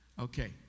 Okay